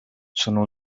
sono